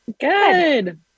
Good